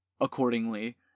accordingly